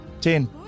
ten